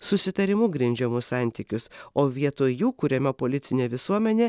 susitarimu grindžiamus santykius o vietoj jų kuriama policinė visuomenė